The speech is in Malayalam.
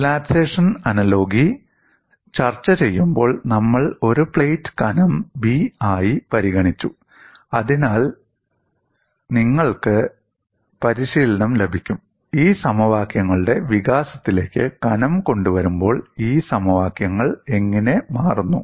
റിലാക്സേഷൻ അനലോഗി ചർച്ചചെയ്യുമ്പോൾ നമ്മൾ ഒരു പ്ലേറ്റ് കനം B ആയി പരിഗണിച്ചു അതിനാൽ നിങ്ങൾക്ക് പരിശീലനം ലഭിക്കും ഈ സമവാക്യങ്ങളുടെ വികാസത്തിലേക്ക് കനം കൊണ്ടുവരുമ്പോൾ ഈ സമവാക്യങ്ങൾ എങ്ങനെ മാറുന്നു